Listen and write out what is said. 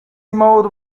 mode